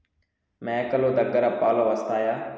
మేక లు దగ్గర పాలు వస్తాయా?